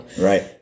right